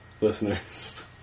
listeners